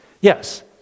Yes